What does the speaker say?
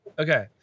Okay